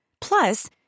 Plus